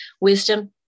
wisdom